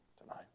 tonight